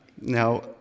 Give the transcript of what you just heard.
now